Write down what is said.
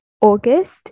August